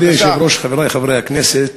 אדוני היושב-ראש, חברי חברי הכנסת,